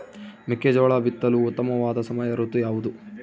ಮೆಕ್ಕೆಜೋಳ ಬಿತ್ತಲು ಉತ್ತಮವಾದ ಸಮಯ ಋತು ಯಾವುದು?